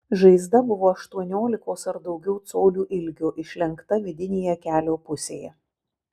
žaizda buvo aštuoniolikos ar daugiau colių ilgio išlenkta vidinėje kelio pusėje